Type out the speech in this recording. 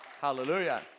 Hallelujah